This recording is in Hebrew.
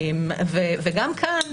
וגם כאן,